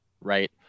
Right